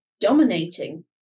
dominating